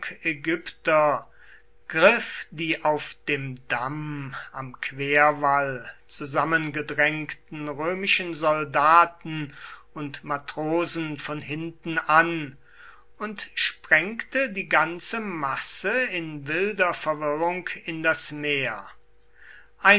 ägypter griff die auf dem damm am querwall zusammengedrängten römischen soldaten und matrosen von hinten an und sprengte die ganze masse in wilder verwirrung in das meer